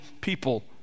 people